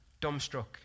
dumbstruck